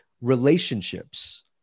relationships